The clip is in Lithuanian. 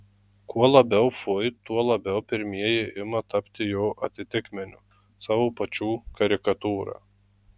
kuo labiau fui tuo labiau pirmieji ima tapti jo atitikmeniu savo pačių karikatūra